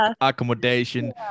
accommodation